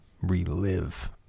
relive